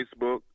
Facebook